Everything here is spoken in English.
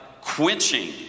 quenching